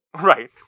Right